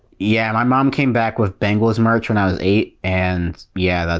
yeah, my mom came back with bengals merch when i was eight, and yeah,